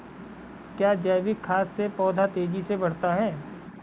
क्या जैविक खाद से पौधा तेजी से बढ़ता है?